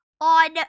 on